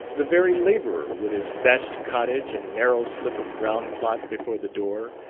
the very labourer with his thatched cottage and narrow slip of ground-plot before the door,